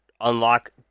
unlock